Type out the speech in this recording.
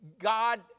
God